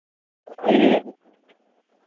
और यह